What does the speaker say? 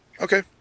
Okay